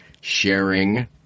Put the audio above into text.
sharing